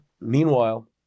Meanwhile